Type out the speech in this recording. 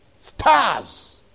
Stars